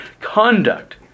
conduct